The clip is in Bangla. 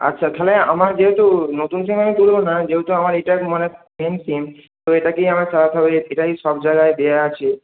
আচ্ছা তাহলে আমার যেহেতু নতুন সিম আমি তুলব না যেহেতু আমার এইটা মানে সেম সিম তো এটাকেই আমাকে চালাতে হবে এটাই সব জায়গায় দেওয়া আছে